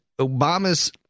Obama's